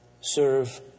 serve